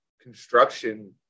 construction